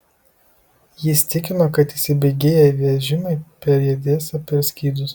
jis tikino kad įsibėgėję vežimai perriedėsią per skydus